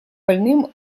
больным